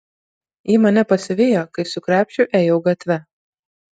ji mane pasivijo kai su krepšiu ėjau gatve